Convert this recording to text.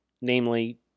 namely